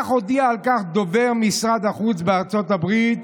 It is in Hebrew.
הודיע על כך דובר משרד החוץ של ארצות הברית